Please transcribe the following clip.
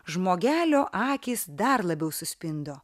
žmogelio akys dar labiau suspindo